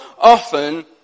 often